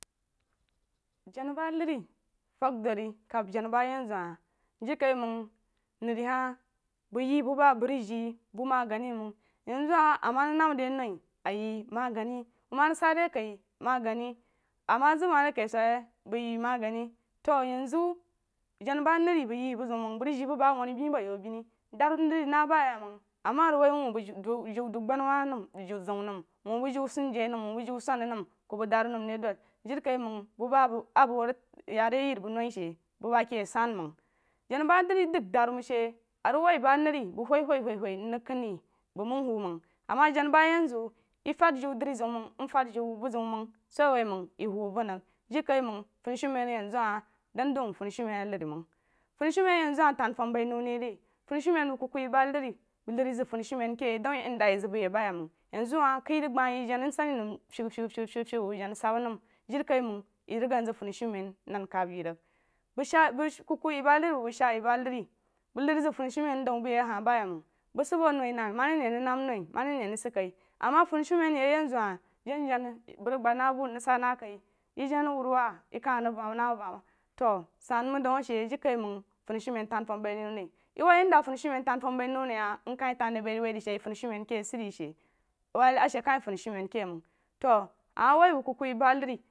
Jana ba leri fəg dori kəb jana ba yen zu hah jirikaiməng nir wah bəg ye bu ba a bəg rig jeh bu magnni məng yen zu hah ama rəg damma nei a ye magani ama rig sa dai kai magani ama zəg ma de kai suyei bəi magani to yenzu jana ba neri ye bi ziu məng bəg rig je bu bəg a wunan bei a bo yau beni daru nar na ba ye məng ama a rig wah wuh bəg jiu dub dud-agba nawah nəm jiu zeun nəm wuh sunjryeh nəm wuh bəg jiu swana nəm ku bəg danu nəm ri dud jirikaiməng bu ba a bəg huh ya re yeri bu nui shi bu ba ke sunməng jana ba neri dəg daru məng she a rig wah bəg wuh wuh wuh nrig kan re bəg məng huw məng ama jana ba yenzu ye fad jīu drizəun məng nəg fad jiu buzəun məng so a wah yí huh venrig jirikaiməng funisumen ayen zu hahi dən daw funisumen a nnr məng funisumen a yen zu hahi lan fəm mai nou rig re funisumen ke dew yen da aye zəg bai ye ba ye məng yen zu hahi kah rig gba ye jana nsani nəm fəg fəg bu bəg jana sab məm jirikaiməng ye rig ganh zəg funisumen nan kəb ye rīg bəg shaa bəg kuku ye ba nar bəg shaa ye ba nar bəg nnr zəg funisumen daw bai ye ahah ba ye məng bəg sid a bu noi anamma ama rig n ne rig anamma noi ama rig ne rig sid kai ama funisumen ye ayenziu hah jana jana bəg rig ghad na bu nrig sana kai ye janawururuwa ye kah rig vəm na avəm to sid məng dəg a she jirikaiməng funisumen tanfam bai nou rig re ye wuh yen da funisumen nəu rig re ye wuh da funisumen tan fəm bai nou re hah rikah tan mai wuh de she wuh funisumen ke sid de she wil ashe kah funisumen ke məng to ama woi bəg kuku.